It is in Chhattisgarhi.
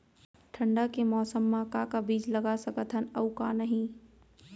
ठंडा के मौसम मा का का बीज लगा सकत हन अऊ का नही?